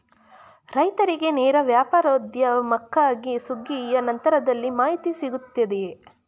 ರೈತರಿಗೆ ನೇರ ವ್ಯಾಪಾರೋದ್ಯಮಕ್ಕಾಗಿ ಸುಗ್ಗಿಯ ನಂತರದಲ್ಲಿ ಮಾಹಿತಿ ಸಿಗುತ್ತದೆಯೇ?